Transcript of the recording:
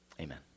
Amen